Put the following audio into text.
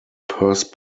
purse